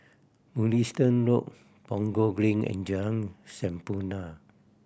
Mugliston Road Punggol Green and Jalan Sampurna